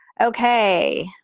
okay